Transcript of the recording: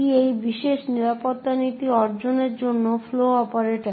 কী এই বিশেষ নিরাপত্তা নীতি অর্জনের জন্য ফ্লো অপারেটর